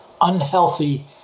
unhealthy